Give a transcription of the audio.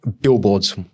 Billboards